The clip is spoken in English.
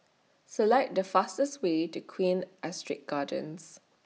Select The fastest Way to Queen Astrid Gardens